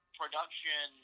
production